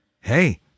hey